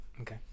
okay